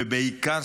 ובעיקר,